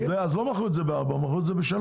אז לא מכרו את זה ב-4, מכרו את זה ב-3.